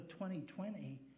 2020